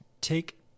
take